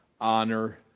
Honor